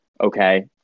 okay